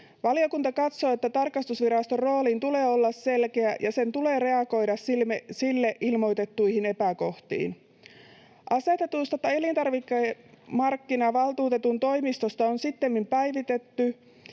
Valiokunta katsoo, että tarkastusviraston roolin tulee olla selkeä ja sen tulee reagoida sille ilmoitettuihin epäkohtiin. Asetusta elintarvikemarkkinavaltuutetun toimistosta on sittemmin päivitetty,